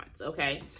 okay